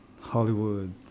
Hollywood